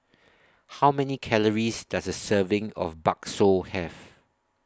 How Many Calories Does A Serving of Bakso Have